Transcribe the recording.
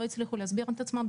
לא הצליחו להסביר את עצמם,